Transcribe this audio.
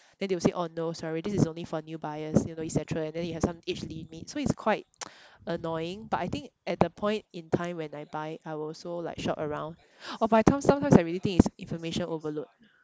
then they will say orh no sorry this is only for new buyers you know et cetera and then it has some age limit so it's quite annoying but I think at the point in time when I buy I will also like shop around orh by the time sometimes I really think it's information overload